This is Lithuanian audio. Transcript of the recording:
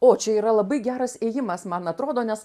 o čia yra labai geras ėjimas man atrodo nes